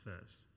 first